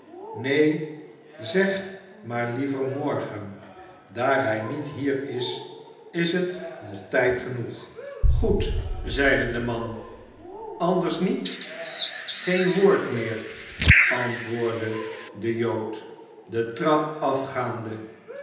neen zeg maar liever morgen daar hij niet hier is is het nog tijd genoeg goed zeide de man anders niet geen woord meer antwoordde de jood de trap afgaande